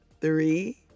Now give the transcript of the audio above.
three